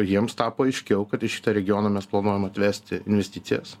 jiems tapo aiškiau kad į šitą regioną mes planuojam atvesti investicijas